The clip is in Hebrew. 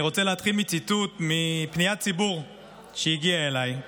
אני רוצה להתחיל מציטוט מפניית ציבור שהגיעה אליי,